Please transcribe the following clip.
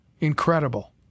incredible